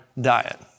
diet